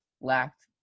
lacked